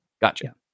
Gotcha